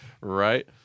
Right